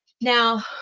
now